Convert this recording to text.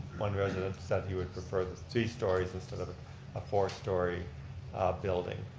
one resident said he would prefer the three stories instead of a four story building.